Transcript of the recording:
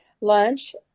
lunch